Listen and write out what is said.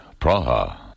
Praha